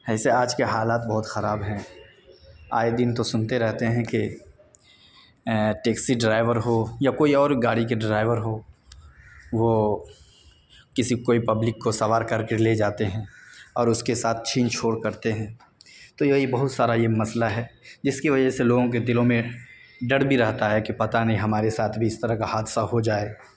ایسے آج کے حالات بہت خراب ہیں آئے دن تو سنتے رہتے ہیں کہ ٹیکسی ڈرائیور ہو یا کوئی اور گاڑی کے ڈرائیور ہو وہ کسی کوئی پبلک کو سوار کر کے لے جاتے ہیں اور اس کے ساتھ چھین چھوڑ کرتے ہیں تو یہی بہت سارا یہ مسئلہ ہے جس کی وجہ سے لوگوں کے دلوں میں ڈر بھی رہتا ہے کہ پتا نہیں ہمارے ساتھ بھی اس طرح کا حادثہ ہو جائے